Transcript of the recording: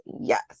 yes